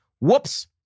Whoops